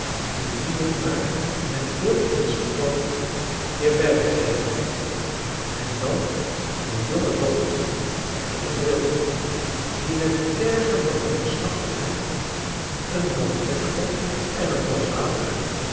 en die men maar met veel inspanning weer bijgekregen had en dan de jonge dokter met een bril op die met tergende omslachtigheid een lampetkom en een glas water